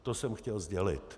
To jsem chtěl sdělit.